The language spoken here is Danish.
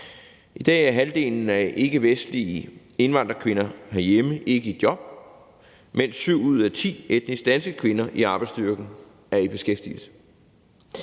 I dag er halvdelen af ikkevestlige indvandrerkvinder herhjemme ikke i job, mens syv ud af ti etnisk danske kvinder i arbejdsstyrken er i beskæftigelse.